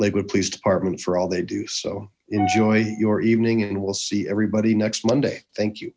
lakewood police department for all they do so enjoy your evening and we'll see everybody next monday thank you